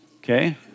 Okay